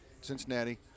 Cincinnati